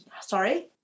sorry